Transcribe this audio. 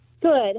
Good